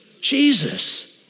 Jesus